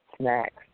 snacks